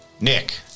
Nick